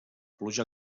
pluja